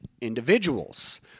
individuals